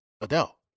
Adele